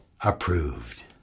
approved